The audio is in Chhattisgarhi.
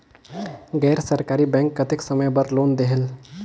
गैर सरकारी बैंक कतेक समय बर लोन देहेल?